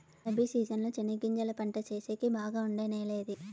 Rabi season లో చెనగగింజలు పంట సేసేకి బాగా ఉండే నెల ఏది?